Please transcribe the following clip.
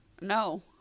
No